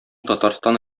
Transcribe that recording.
татарстан